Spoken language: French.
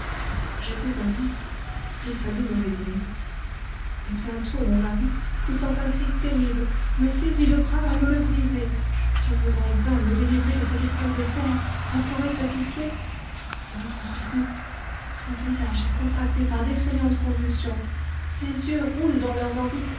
j'étais à lui il fallut me résigner mais bientôt mon mari poussant un cri terrible me saisit le bras à me le briser je veux en vain me délivrer de cette étreinte de fer implorer sa pitié il ne m'entend plus son visage est contracté par d'effrayantes convulsions ses yeux roulent dans leurs orbites